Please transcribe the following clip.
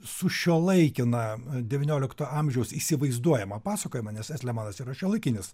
sušiuolaikina devyniolikto amžiaus įsivaizduojamą pasakojimą nes estlemanas yra šiuolaikinis